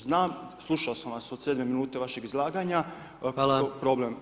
Znam, slušao sam vas od 7. minute vašeg izlaganja problem.